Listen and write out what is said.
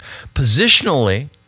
Positionally